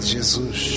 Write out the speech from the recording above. Jesus